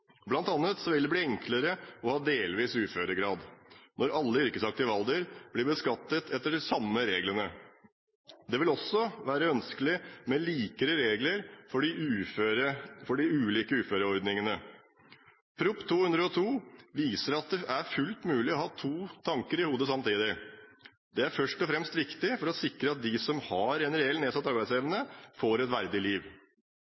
vil det bli enklere å ha delvis uføregrad når alle i yrkesaktiv alder blir beskattet etter de samme reglene. Det vil også være ønskelig med likere regler for de ulike uføretrygdeordningene. Prop. 202 L for 2012–2013 viser at det er fullt mulig å ha to tanker i hodet samtidig. Det er først og fremst viktig for å sikre at de som har en reelt nedsatt arbeidsevne,